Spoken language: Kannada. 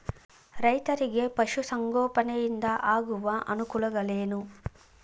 ರೈತರಿಗೆ ಪಶು ಸಂಗೋಪನೆಯಿಂದ ಆಗುವ ಅನುಕೂಲಗಳೇನು?